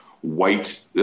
white